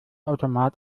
automat